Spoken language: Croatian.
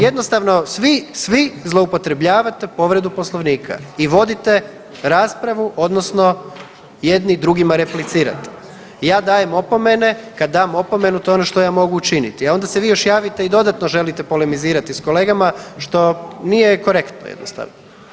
Jednostavno svi, svi zloupotrebljavate povredu poslovnika i vodite raspravu odnosno jedni drugima replicirate i ja dajem opomene kad dam opomenu to je ono što ja mogu učiniti, a onda se vi još javite i dodatno želite polemizirati s kolegama što nije korektno jednostavno.